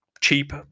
cheap